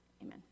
Amen